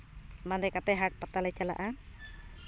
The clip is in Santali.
ᱵᱟᱸᱫᱮ ᱠᱟᱛᱮᱫ ᱦᱟᱴ ᱯᱟᱛᱟᱞᱮ ᱪᱟᱞᱟᱜᱼᱟ